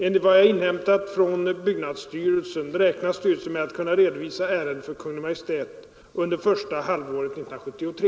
Enligt vad jag inhämtat från byggnadsstyrelsen räknar styrelsen med att kunna redovisa ärendet för Kungl. Maj:t under första halvåret 1973.